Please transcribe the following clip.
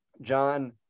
John